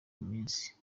iminsi